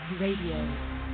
Radio